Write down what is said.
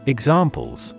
Examples